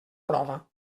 prova